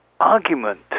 argument